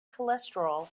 cholesterol